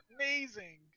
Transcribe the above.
amazing